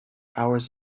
hours